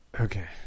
Okay